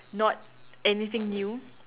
not anything new